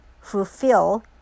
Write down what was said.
fulfill